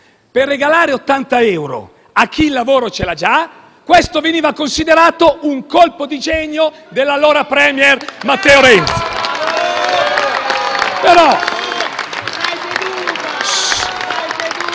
per regalare 80 euro a chi il lavoro ce l'aveva già, questo veniva considerato un colpo di genio dell'allora *premier* Matteo Renzi.